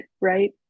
right